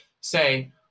say